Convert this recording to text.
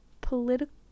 political